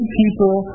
people